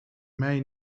mij